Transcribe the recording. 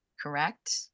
correct